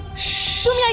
show